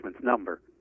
number